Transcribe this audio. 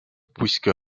puisque